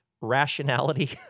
rationality